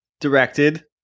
directed